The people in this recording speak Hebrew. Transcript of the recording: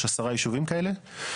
יש עשרה יישובים כאלה,